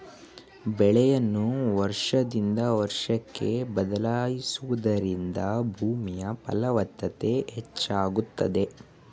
ಬೆಳೆಯನ್ನು ವರ್ಷದಿಂದ ವರ್ಷಕ್ಕೆ ಬದಲಾಯಿಸುವುದರಿಂದ ಭೂಮಿಯ ಫಲವತ್ತತೆ ಹೆಚ್ಚಾಗುತ್ತದೆ